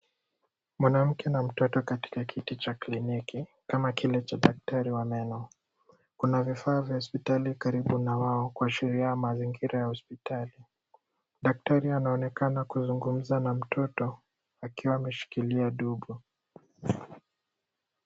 Mwanamke na mtoto katika kiti cha kliniki, kama kile cha daktari wa meno ,kuna vifaa vya hospitali karibu na wao ,kuashiria mazingira ya hospitali ,daktari anaonekana kuzungumza na mtoto akiwa ameshikilia dugo .